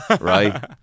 Right